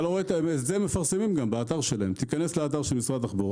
הם מפרסמים את זה באתר של משרד התחבורה.